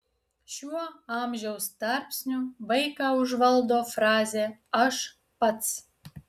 šiuo amžiaus tarpsniu vaiką užvaldo frazė aš pats